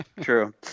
True